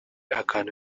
akantu